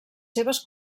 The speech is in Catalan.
seves